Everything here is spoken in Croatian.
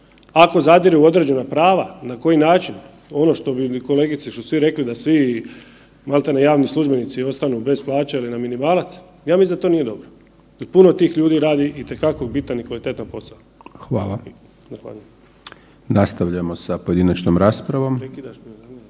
Ako zadiru u određena prava na koji način ono što bi kolegici, što su rekli da svi maltene javni službenici ostanu bez plaća ili na minimalac, ja mislim da to nije dobro jel puno tih ljudi radi itekako bitan i kvalitetan posao. Zahvaljujem. **Hajdaš Dončić,